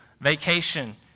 vacation